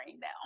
now